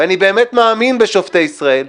ואני באמת מאמין בשופטי ישראל,